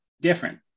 different